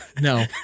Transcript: No